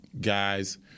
guys